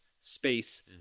space